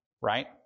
right